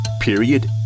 Period